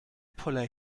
poller